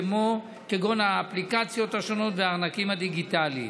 כגון האפליקציות השונות והארנקים הדיגיטליים.